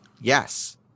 Yes